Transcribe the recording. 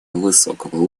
высокого